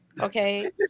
okay